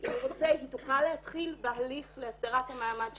אם הוא רוצה היא תוכל להתחיל בהליך להסדרת המעמד שלה.